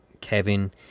Kevin